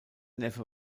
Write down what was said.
neffe